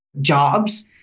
Jobs